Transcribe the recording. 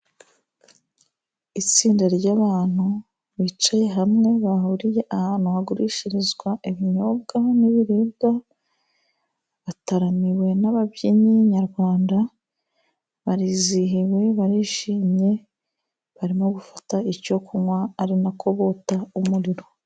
Itsinda ry'abantu bicaye hamwe, bahuriye ahantu hagurishirizwa ibinyobwa n'ibiribwa. Bataramiwe n'ababyinnyi nyarwanda, barizihiwe barishimye, barimo gufata icyo kunywa ari nako bota umuriro.